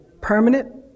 permanent